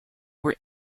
were